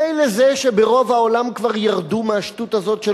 מילא זה שברוב העולם כבר ירדו מהשטות הזאת של